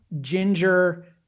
ginger